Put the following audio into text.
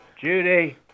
Judy